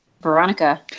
Veronica